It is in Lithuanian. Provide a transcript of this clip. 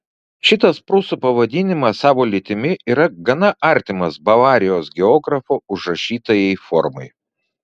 šitas prūsų pavadinimas savo lytimi yra gana artimas bavarijos geografo užrašytajai formai